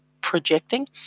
projecting